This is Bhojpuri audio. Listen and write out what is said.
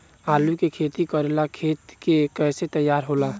आलू के खेती करेला खेत के कैसे तैयारी होला?